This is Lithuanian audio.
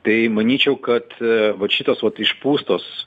tai manyčiau kad vat šitos vat išpūstos